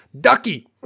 Ducky